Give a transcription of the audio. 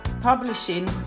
publishing